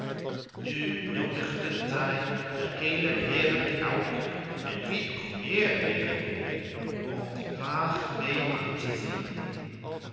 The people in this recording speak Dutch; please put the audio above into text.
nu noodigden zij de heele wereld uit en wie nog meer wilden komen om die pracht mee aan te zien